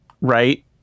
right